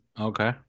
okay